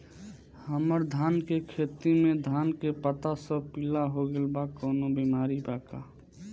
हमर धान के खेती में धान के पता सब पीला हो गेल बा कवनों बिमारी बा का?